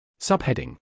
Subheading